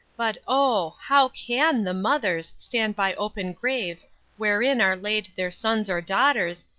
but, oh, how can the mothers stand by open graves wherein are laid their sons or daughters,